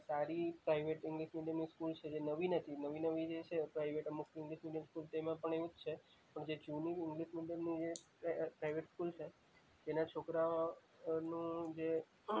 સારી private English મીડિયમની school છે જે નવી નથી નવી નવી જે છે પ્રાઇવેટ અમુક ઇંગ્લિશ મીડિયમ સ્કૂલ તેમાં પણ એવું જ છે પણ જે જૂની ઇંગ્લિશ મીડિયમની જે પ્રાઇવેટ સ્કૂલ છે તેના છોકરાંનું જે